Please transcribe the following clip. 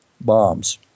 bombs